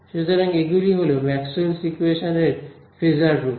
সুতরাং এগুলি হল ম্যাক্সওয়েলস ইকুয়েশনস Maxwell's equations এর ফেজার রূপ